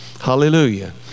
Hallelujah